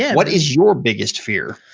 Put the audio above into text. what is your biggest fear?